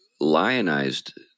lionized